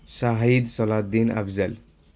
Shahid Salahuddin Afzal